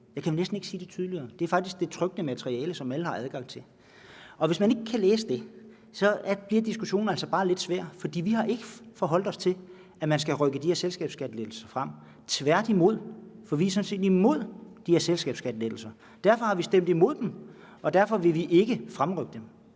Jeg kan jo næsten ikke sige det tydeligere. Det er faktisk det trykte materiale, som alle har adgang til. Og hvis man ikke kan læse det, bliver diskussionen altså bare lidt svær, for vi har ikke forholdt os til, at man skal rykke de her selskabsskattelettelser frem. Tværtimod, for vi er sådan set imod de her selskabsskattelettelser. Derfor har vi stemt imod dem. Og derfor vil vi ikke fremrykke dem.